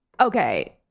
okay